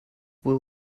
will